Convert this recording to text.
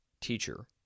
Teacher